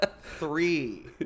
three